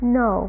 no